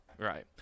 Right